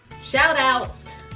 Shout-outs